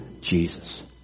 Jesus